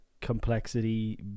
complexity